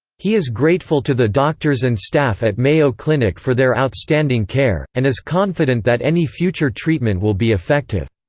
he is grateful to the doctors and staff at mayo clinic for their outstanding care, and is confident that any future treatment will be effective.